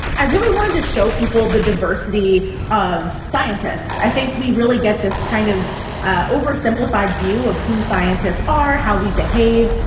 i really wanted to show people the diversity of scientists. i think we really get this kind of ah oversimplified view of who scientists are, how we behave,